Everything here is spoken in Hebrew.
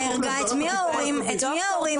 והילדה שנהרגה, את מי ההורים יתבעו?